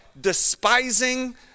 Despising